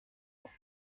ans